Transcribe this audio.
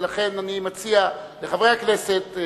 ולכן אני מציע לחברי הכנסת,